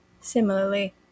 similarly